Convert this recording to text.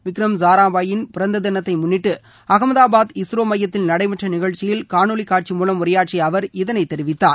விகரம் சாராபாயின் பிறந்த தினத்தை முன்னிட்டு அகமதாபாத் இஸ்ரோ மையத்தில் நடைபெற்ற நிகழ்ச்சியில் காணொவி காட்சி மூலம் உரையாற்றிய அவர்இதனை தெரிவித்தார்